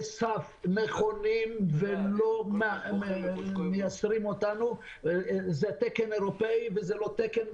סף נכונים ולא מייסרים זה תקן אירופאי וזה לא תקן,